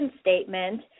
statement